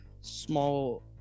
small